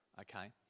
okay